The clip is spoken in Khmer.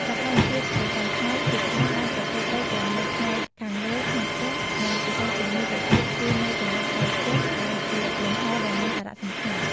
សកម្មភាពប្រចាំថ្ងៃជាច្រើនបានប្រព្រឹត្តទៅទាំងនៅផ្នែកខាងលើ ក្នុងផ្ទះ និងពិសេសជាងនេះទៅទៀត គឺនៅ ចន្លោះក្រោមផ្ទះ ដែលជាលំហដ៏មានសារៈសំខាន់ ។